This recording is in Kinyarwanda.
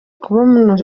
kubona